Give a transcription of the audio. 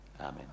amen